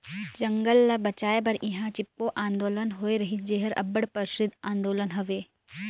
जंगल ल बंचाए बर इहां चिपको आंदोलन होए रहिस जेहर अब्बड़ परसिद्ध आंदोलन हवे